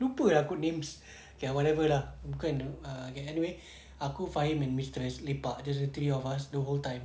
lupa ah good names okay whatever lah bukannya ah okay anyway aku fahim and mistress lepak just the three of us the whole time